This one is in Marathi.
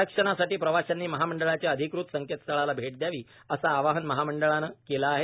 आरक्षणासाठी प्रवाशांनी महामंडळाच्या अधिकृत संकेतस्थळाला भेट द्यावी असे आवाहन महामंडळाने केले आहे